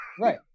Right